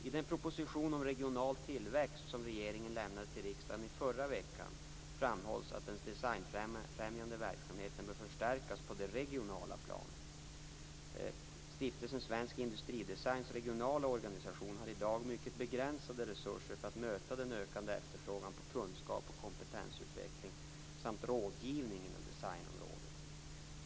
I den proposition om regional tillväxt som regeringen lämnade till riksdagen i förra veckan framhålls att den designfrämjande verksamheten bör förstärkas på det regionala planet. Stiftelsen Svensk Industridesigns regionala organisation har i dag mycket begränsade resurser för att möta den ökande efterfrågan på kunskaps och kompetensutveckling samt rådgivning inom designområdet.